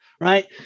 right